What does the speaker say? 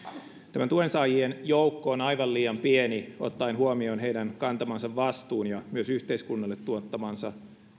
tämä tuensaajien joukko on aivan liian pieni ottaen huomioon heidän kantamansa vastuun ja myös yhteiskunnalle tuottamansa